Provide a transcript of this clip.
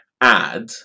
add